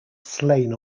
slain